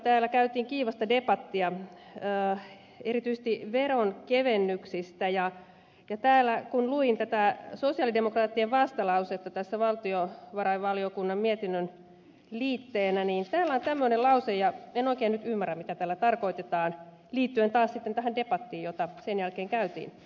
täällä käytiin kiivasta debattia erityisesti veronkevennyksistä ja kun luin tätä sosialidemokraattien vastalausetta valtiovarainvaliokunnan mietinnön liitteenä niin täällä on tämmöinen lause ja en oikein nyt ymmärrä mitä tällä tarkoitetaan liittyen taas sitten tähän debattiin jota sen jälkeen käytiin